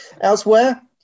Elsewhere